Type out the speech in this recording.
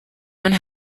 one